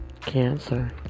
Cancer